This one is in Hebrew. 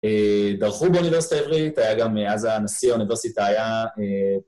דרכו באוניברסיטה העברית, היה גם מאז הנשיא האוניברסיטה היה